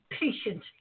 patient